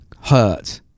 Hurt